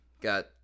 got